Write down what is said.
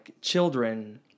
children